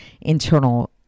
internal